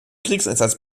kriegseinsatz